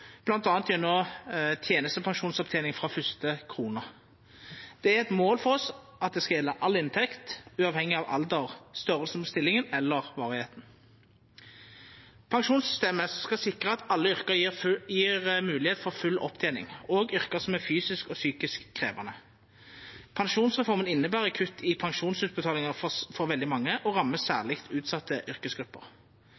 gjennom tenestepensjonsopptjening frå første krone. Det er eit mål for oss at det skal gjelda all inntekt, uavhengig av alder, størrelsen på stillinga eller varigheita. Pensjonssystemet skal sikra at alle yrke gjev mogelegheit for full opptening, òg yrke som er fysisk og psykisk krevjande. Pensjonsreforma inneber kutt i pensjonsutbetalinga for veldig mange og